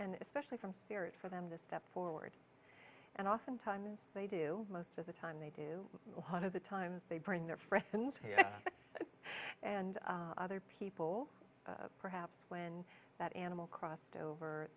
and especially from spirit for them to step forward and oftentimes they do most of the time they do one of the times they bring their friends here and other people perhaps when that animal crossed over